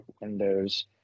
windows